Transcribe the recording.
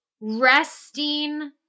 resting